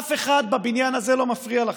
אף אחד בבניין הזה לא מפריע לכם.